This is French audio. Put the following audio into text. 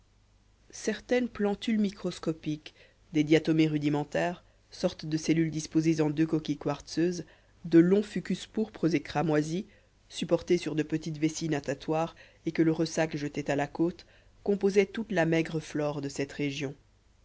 certaines plantules microscopiques des diatomées rudimentaires sortes de cellules disposées entre deux coquilles quartzeuses de longs fucus pourpres et cramoisis supportés sur de petites vessies natatoires et que le ressac jetait à la côte composaient toute la maigre flore de cette région